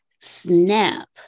snap